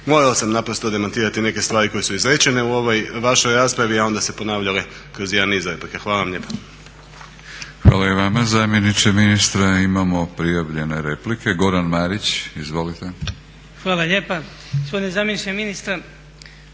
morao sam naprosto demantirati neke stvari koje su izrečene u ovoj vašoj raspravi, a onda se ponavljao kroz jedan niz replika. Hvala vam lijepa. **Batinić, Milorad (HNS)** Hvala i vama zamjeniče ministra. Imamo prijavljene replike. Goran Marić. Izvolite. **Marić, Goran (HDZ)** Hvala lijepa. Gospodine zamjeniče ministra,